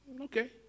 okay